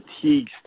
fatigue